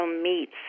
meets